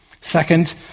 second